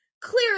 clear